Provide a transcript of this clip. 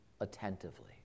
attentively